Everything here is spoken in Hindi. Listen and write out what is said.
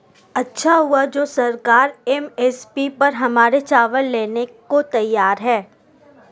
अच्छा हुआ जो सरकार एम.एस.पी पर हमारे चावल लेने को तैयार है